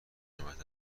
قیمت